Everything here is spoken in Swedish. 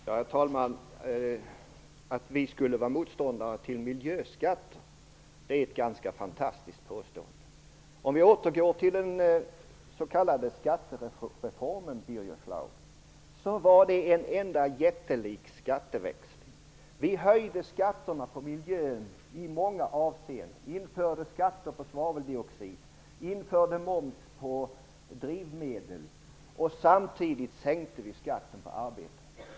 Herr talman! Att vi skulle vara motståndare till miljöskatter är ett ganska fantastiskt påstående. Den s.k. skattereformen var en enda jättelik skatteväxling. Vi höjde skatterna på miljöområdet i många avseenden, införde skatter på svaveldioxid, införde moms på drivmedel. Samtidigt sänkte vi skatten på arbete.